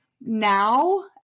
Now